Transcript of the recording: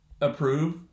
approve